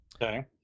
Okay